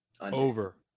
Over